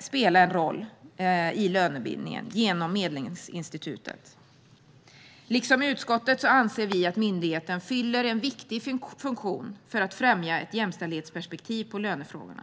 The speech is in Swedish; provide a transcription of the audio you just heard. spela en roll i lönebildningen genom Medlingsinstitutet. Liksom utskottet anser vi att myndigheten fyller en viktig funktion för att främja ett jämställdhetsperspektiv på lönefrågor.